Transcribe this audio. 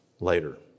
later